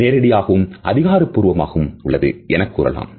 நேரடியாகவும் அதிகாரப் பூர்வமாகவும் உள்ளது எனக் கூறலாம்